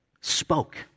spoke